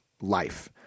life